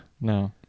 no